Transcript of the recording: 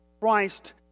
Christ